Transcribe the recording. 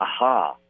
aha